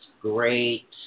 great